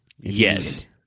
Yes